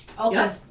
Okay